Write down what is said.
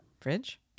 fridge